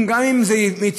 גם אם יתייעלו,